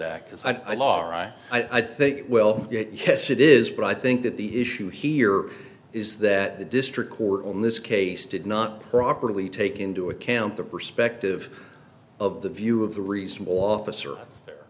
that because i thought i think well yes it is but i think that the issue here is that the district court in this case did not properly take into account the perspective of the view of the reasonable officer